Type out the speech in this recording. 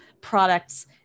products